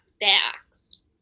facts